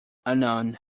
unknown